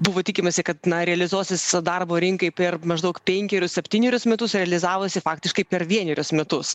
buvo tikimasi kad na realizuosis darbo rinkai per maždaug penkerius septynerius metus realizavusi faktiškai per vienerius metus